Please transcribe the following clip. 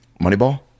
Moneyball